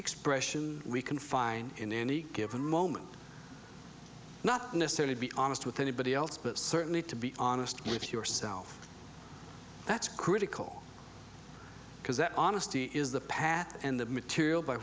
expression we can find in any given moment not necessarily to be honest with anybody else but certainly to be honest with yourself that's critical because that honesty is the path and the material by